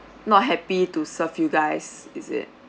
not happy to serve you guys is it